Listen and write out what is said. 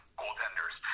goaltenders